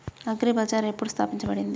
Agri Bazaar ఎప్పుడు స్థాపించబడింది?